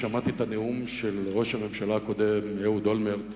שמעתי את הנאום של ראש הממשלה הקודם, אהוד אולמרט,